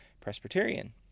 Presbyterian